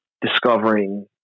discovering